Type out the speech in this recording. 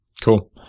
Cool